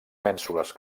mènsules